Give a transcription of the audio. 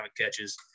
catches